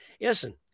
listen